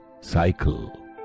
cycle